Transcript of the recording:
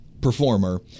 performer